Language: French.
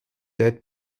être